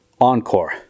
Encore